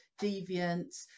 deviant